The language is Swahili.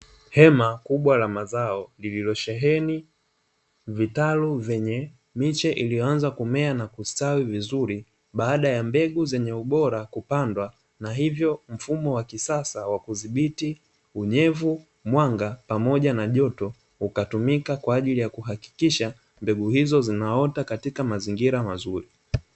Hema kubwa la mazao lililosheheni vitalu vyenye miche iliyoanza kumea na kusitawi vizuri baada ya mbegu zenye ubora kupandwa, na hivyo mfumo wa kisasa wa kudhibiti unyevu, mwanga, pamoja na joto ukatumika kwa ajili ya kuhakikisha mbegu hizo zinaota katika mazingira mazuri.